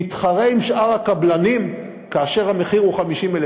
תתחרה עם שאר הקבלנים כאשר המחיר הוא 50,000